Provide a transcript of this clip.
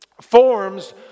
forms